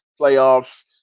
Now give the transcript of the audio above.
playoffs